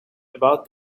about